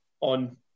on